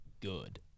good